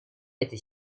это